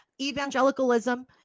evangelicalism